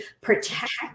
protect